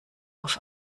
auf